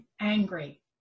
angry